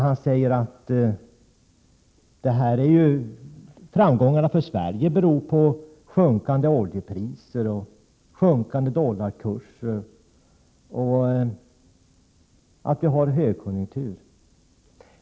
Han sade att framgångarna för Sverige beror på sjunkande oljepriser, sjunkande dollarkurser och att vi har högkonjunktur.